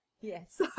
Yes